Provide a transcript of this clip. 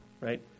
right